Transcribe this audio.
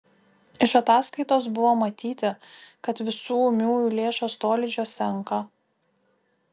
iš ataskaitos buvo matyti kad visų ūmiųjų lėšos tolydžio senka